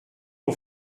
ont